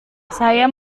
saya